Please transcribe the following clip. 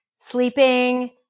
sleeping